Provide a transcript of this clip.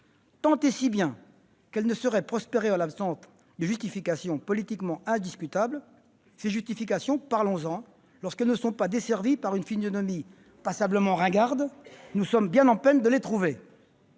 tant et si bien qu'elle ne saurait prospérer en l'absence de justifications politiquement indiscutables. Ces justifications, parlons-en ! Lorsqu'elles ne sont pas desservies par une physionomie passablement ringarde, nous sommes bien en peine de les trouver.